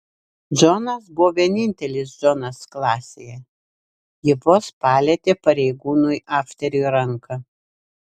džonas buvo vienintelis džonas klasėje ji vos palietė pareigūnui afteriui ranką